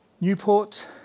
Newport